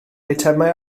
eitemau